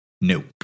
Nope